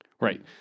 Right